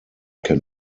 can